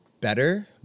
better